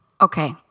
Okay